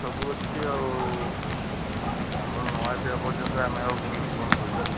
ସବୁଅଛି ଆଉ ଆପଣ ନ ଆସିବା ପର୍ଯ୍ୟନ୍ତ ଆମେ ଆଉ କେମିତି କଣ କରିବା